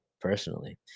personally